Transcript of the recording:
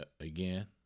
again